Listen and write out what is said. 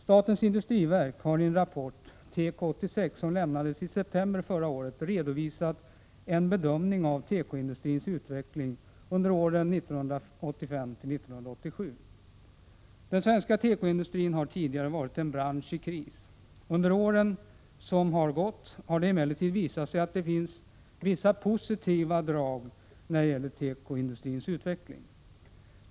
Statens industriverk har i en rapport, Teko 86, som lämnades i september förra året, redovisat en bedömning av tekoindustrins utveckling under åren 1985-1987. Den svenska tekoindustrin har tidigare varit en bransch i kris. Under senare år har det emellertid visat sig att det finns vissa positiva drag i tekoindustrins utveckling.